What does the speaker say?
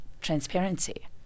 transparency